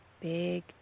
big